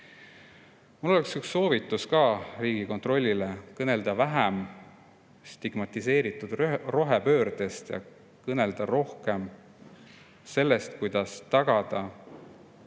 Mul oleks üks soovitus ka Riigikontrollile: kõnelda vähem stigmatiseeritud rohepöördest ja kõnelda rohkem sellest, kuidas tagada eluks